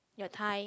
your thigh